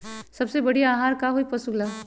सबसे बढ़िया आहार का होई पशु ला?